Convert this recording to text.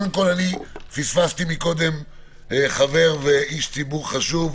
אני פספסתי קודם חבר ואיש ציבור חשוב,